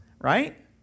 right